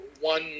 one